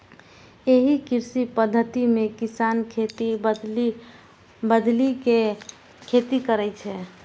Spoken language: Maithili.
एहि कृषि पद्धति मे किसान खेत बदलि बदलि के खेती करै छै